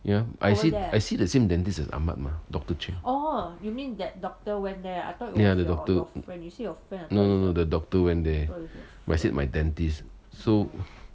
yeah I see I see the same dentist as ahmed mah dr che yeah the doctor went no no the doctor went there I said my dentist so